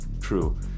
true